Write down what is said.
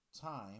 Time